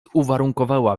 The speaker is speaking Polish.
uwarunkowała